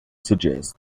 suggest